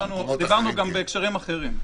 דיברנו גם בהקשרים אחרים.